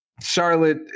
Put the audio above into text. Charlotte